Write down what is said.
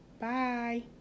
Bye